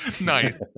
Nice